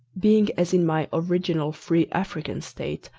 being as in my original free african state,